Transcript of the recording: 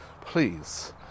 please